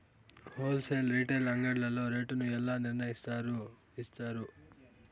Whole sale retail అంగడ్లలో rate ను ఎలా నిర్ణయిస్తారు యిస్తారు?